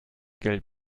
geld